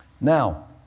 Now